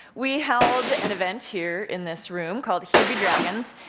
we held an event here in this room called here be dragons,